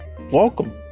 welcome